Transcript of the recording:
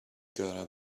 gotta